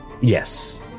Yes